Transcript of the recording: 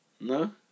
No